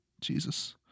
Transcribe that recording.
Jesus